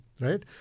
right